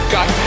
God